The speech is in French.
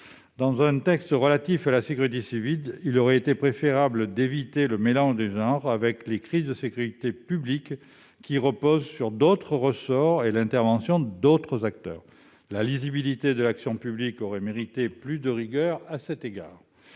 Dans un texte relatif à la sécurité civile, il aurait été préférable d'éviter le mélange des genres avec les crises de sécurité publique, qui reposent sur d'autres ressorts et l'intervention d'autres acteurs. La lisibilité de l'action publique aurait mérité davantage de rigueur à cet égard.